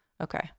okay